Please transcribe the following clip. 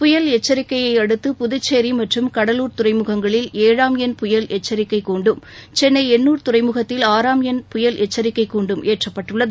புயல் எச்சிக்கையை அடுத்து புதுச்சேரி மற்றும் கடலூர் துறைமுகங்களில் ஏழாம் எண் புயல் எச்சிக்கை சென்னை எண்ணூர் துறைமுகத்தில் ஆறாம் எண் புயல் எச்சிக்கை கூண்டும் ஏற்றப்பட்டுள்ளது